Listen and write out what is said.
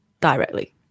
directly